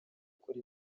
akora